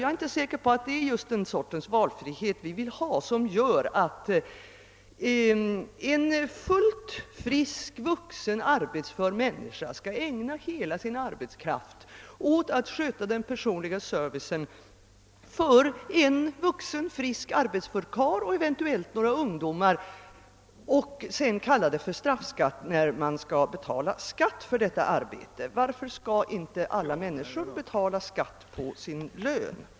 Jag är inte säker på att det är den sortens valfrihet vi vill ha, att en fullt frisk vuxen arbetsför människa skall ägna hela sin arbetskraft åt att skö ta den personliga servicen för en vuxen, frisk, arbetsför karl och eventuellt några ungdomar. Jag tycker inte det kan kallas för straffskatt, om det skall betalas skatt för detta arbete. Varför skall inte alla människor betala skatt för sin lön?